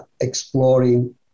exploring